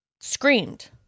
screamed